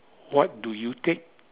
what do you take